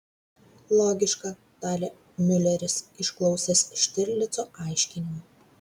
logiška tarė miuleris išklausęs štirlico aiškinimų